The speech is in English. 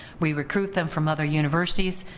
we recruit them from other universities,